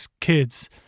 kids